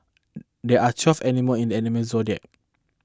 there are twelve animal in the animal Zodiac